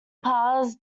pars